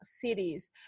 cities